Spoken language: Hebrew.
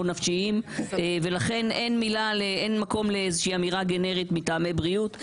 נפשיים ולכן אין מקום לאיזה שהיא אמירה גנרית מטעמי בריאות,